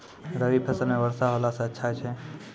रवी फसल म वर्षा होला से अच्छा छै?